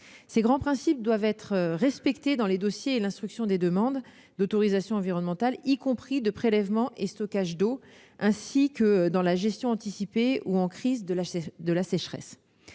Ces grands principes doivent être respectés lors de l'examen des dossiers et l'instruction des demandes d'autorisation environnementale, y compris de prélèvement et stockage d'eau, ainsi que pour la gestion anticipée, ou de crise, de la sécheresse.